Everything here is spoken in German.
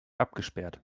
abgesperrt